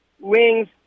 wings